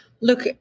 Look